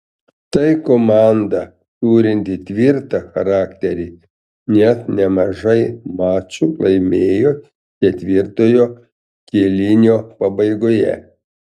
tai komanda turinti tvirtą charakterį nes nemažai mačų laimėjo ketvirtojo kėlinio pabaigoje